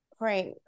right